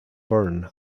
burn